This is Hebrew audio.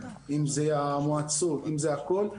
אם זה המועצות ואם זה הכל,